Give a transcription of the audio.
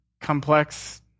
complex